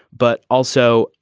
but also,